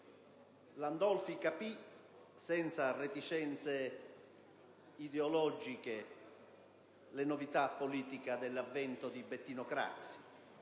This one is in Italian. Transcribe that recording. Landolfi capì, senza reticenze ideologiche, la novità politica dell'avvento di Bettino Craxi;